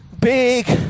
big